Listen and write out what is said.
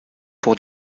pour